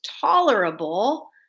tolerable